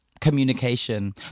communication